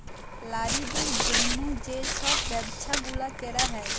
লারিদের জ্যনহে যে ছব ব্যবছা গুলা ক্যরা হ্যয়